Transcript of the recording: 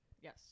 Yes